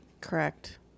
Correct